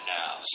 now